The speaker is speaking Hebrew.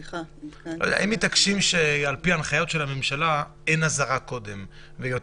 הם מתעקשים שעל פי הנחיות הממשלה אין אזהרה קודם --- לא,